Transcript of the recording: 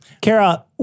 Kara